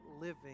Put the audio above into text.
living